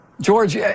George